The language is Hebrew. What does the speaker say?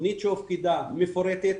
תכנית שהופקדה ,מפורטת,